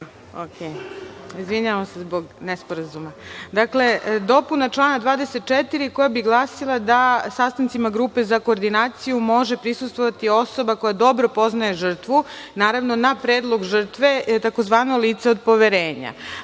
Izvinjavam se zbog nesporazuma. Dakle, dopuna člana 24. koja bi glasila da sastancima grupe za koordinaciju može prisustvovati osoba koja dobro poznaje žrtvu, naravno, na predlog žrtve, je tzv. lice od poverenja.